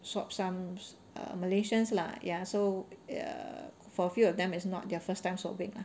swab some err malaysians lah ya so err for a few of them it's not their first time swabbing ah